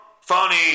funny